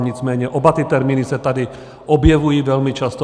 Nicméně oba ty termíny se tady objevují velmi často.